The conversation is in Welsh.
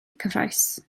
cyffrous